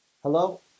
Hello